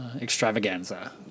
extravaganza